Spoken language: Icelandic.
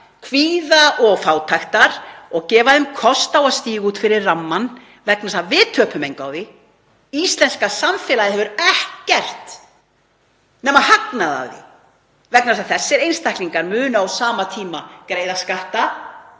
kvíða og fátæktar og gefa þeim kost á að stíga út fyrir rammann vegna þess að við töpum engu á því. Íslenska samfélagið hefur ekkert nema hagnað af því. Þessir einstaklingar munu á sama tíma greiða skatta